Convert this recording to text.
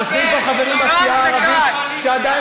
יושבים פה חברים בסיעה הערבית שעדיין